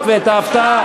ההפתעה.